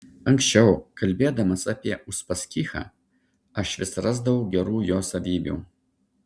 anksčiau kalbėdamas apie uspaskichą aš vis rasdavau gerų jo savybių